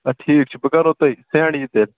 آ ٹھیٖک چھُ بہٕ کَرہو تۅہہِ سینٛڈ یہِ تیٚلہِ